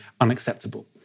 unacceptable